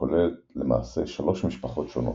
שכוללת למעשה שלוש משפחות שונות,